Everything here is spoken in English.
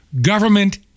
government